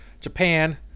japan